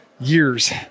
years